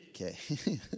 okay